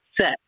set